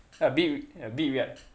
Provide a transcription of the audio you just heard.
a bit a bit weird